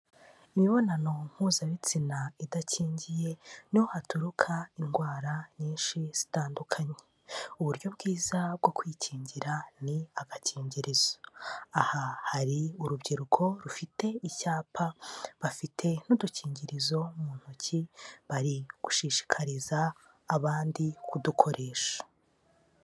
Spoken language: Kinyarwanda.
Imibonano mpuzabitsina idakingiye niho haturuka indwara nyinshi zitandukanye. Uburyo bwiza bwo kwikingira ni agakingirizo. Aha hari urubyiruko rufite icyapa, bafite n'udukingirizo mu ntoki, bari gushishikariza abandi kudukoresha.